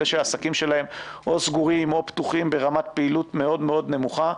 אלה שהעסקים שלהם או סגורים או פתוחים ברמת פעילות מאוד מאוד נמוכה,